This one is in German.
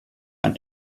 ein